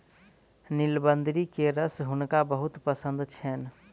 नीलबदरी के रस हुनका बहुत पसंद छैन